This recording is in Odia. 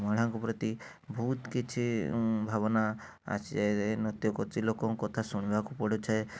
ମହିଳାଙ୍କ ପ୍ରତି ବହୁତ କିଛି ଭାବନା ଆସିଯାଏ ଇଏ ନୃତ୍ୟ କରୁଛି ଲୋକଙ୍କ କଥା ଶୁଣିବାକୁ ପଡ଼ୁଛେ